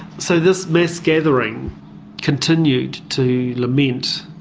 so this mass gathering continued to lament